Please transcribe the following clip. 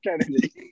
Kennedy